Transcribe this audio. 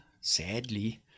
sadly